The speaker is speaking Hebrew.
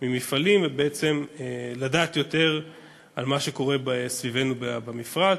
ממפעלים ולדעת יותר על מה שקורה סביבנו במפרץ.